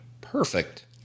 perfect